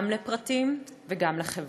גם לפרטים וגם לחברה.